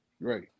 Right